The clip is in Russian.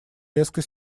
резко